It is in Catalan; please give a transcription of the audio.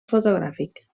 fotogràfic